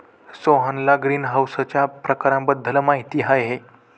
सोहनला ग्रीनहाऊसच्या प्रकारांबद्दल माहिती आहे